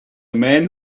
man